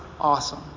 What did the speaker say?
awesome